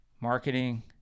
marketing